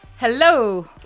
Hello